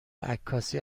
عکاسی